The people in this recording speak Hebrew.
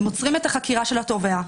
הם עוצרים את החקירה של התובע,